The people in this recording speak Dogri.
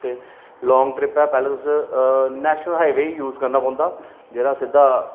ते लांग ट्रिप ऐ पैह्ला तुस नैशनल हाई वे यूज़ करना पौंदा जेह्ड़ा सिद्दा